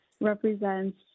represents